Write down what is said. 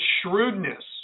shrewdness